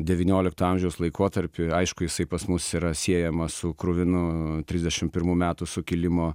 devyniolikto amžiaus laikotarpį aišku jisai pas mus yra siejamas su kruvinu trisdešimt pirmų metų sukilimo